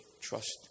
Trust